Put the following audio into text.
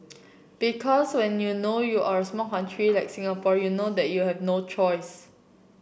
because when you know you are a small country like Singapore you know that you have no choice